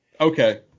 okay